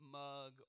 mug